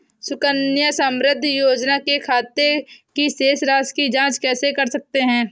सुकन्या समृद्धि योजना के खाते की शेष राशि की जाँच कैसे कर सकते हैं?